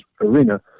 arena